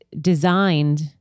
designed